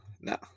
no